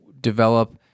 develop